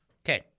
Okay